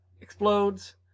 explodes